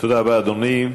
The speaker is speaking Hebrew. תודה רבה, אדוני.